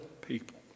people